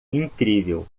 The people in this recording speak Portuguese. incrível